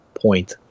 point